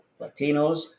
Latinos